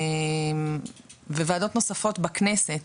וועדות נוספות בכנסת,